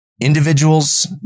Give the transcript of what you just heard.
Individuals